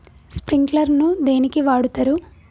Sprinkler ను దేనికి వాడుతరు?